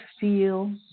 feel